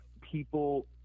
people